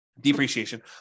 depreciation